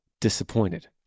disappointed